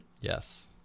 Yes